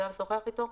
יודע לשוחח איתו?